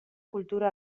cultura